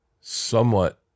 somewhat